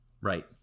Right